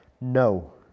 No